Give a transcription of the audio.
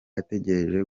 ategereje